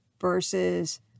versus